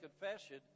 confession